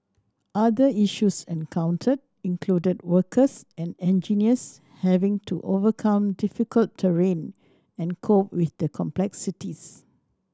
other issues encountered included workers and engineers having to overcome difficult terrain and cope with the complexities